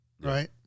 right